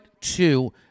two